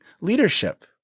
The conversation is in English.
leadership